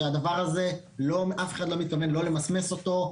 שאת הדבר הזה אף אחד לא מתכוון למסמס אותו,